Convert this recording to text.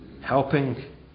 helping